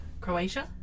Croatia